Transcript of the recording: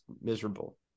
miserable